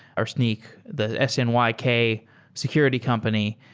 or snyk, the s n y k security company,